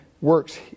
works